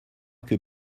que